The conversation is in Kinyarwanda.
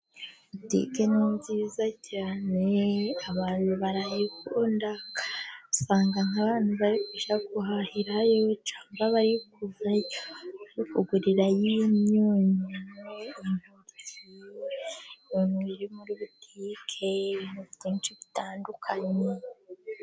Butike ni nziza cyane, abantu barayikunda, usanga nk'abantu bari kujya guhahira yo, cyangwa bari kugurirayo imyunyu, ibintu biri muri butike ni ibintu byinshi bitandukanye.